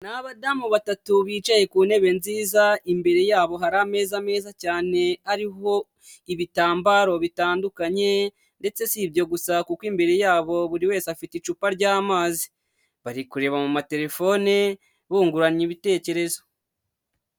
Ni abadamu batatu bicaye ku ntebe nziza imbere yabo hari ameza meza cyane ariho ibitambaro bitandukanye, ndetse si ibyo gusa kuko imbere yabo buri wese afite icupa ry'amazi, bari kureba mu matelefone bunguranye ibitekerezo.